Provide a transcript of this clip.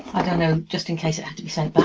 i don't know, just in case it has to be sent but